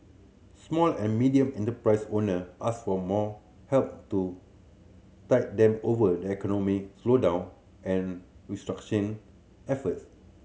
small and medium enterprise owner asked for more help to tide them over the economic slowdown and restructuring efforts